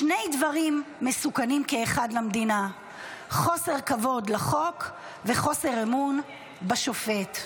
"שני הדברים מסוכנים כאחד למדינה: חוסר כבוד לחוק וחוסר אמון בשופט".